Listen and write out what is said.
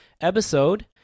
episode